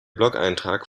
blogeintrag